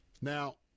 Now